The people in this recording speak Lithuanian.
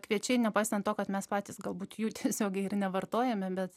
kviečiai nepaisant to kad mes patys galbūt jų tiesiogiai ir nevartojame bet